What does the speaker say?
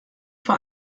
vor